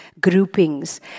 groupings